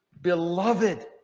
beloved